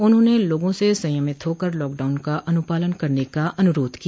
उन्होंने लोगों से संयमित होकर लॉकडाउन का अनुपालन करने का अनुरोध किया